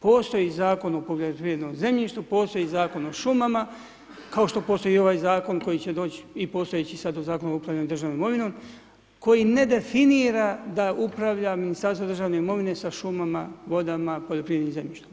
Postoji Zakon o poljoprivrednom zemljištu, postoji Zakon o šumama kao što postoji i ovaj zakon koji će doći i postojeći sad o upravljanju državnom imovinom koji ne definira da upravlja Ministarstvo državne imovine sa šumama, vodama, poljoprivrednim zemljištem.